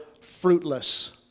fruitless